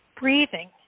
breathing